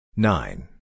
Nine